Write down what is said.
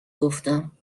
گفتم